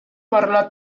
parlar